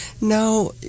No